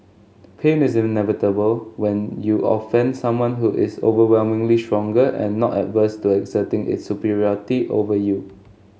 pain is inevitable when you offend someone who is overwhelmingly stronger and not averse to asserting its superiority over you